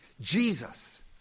Jesus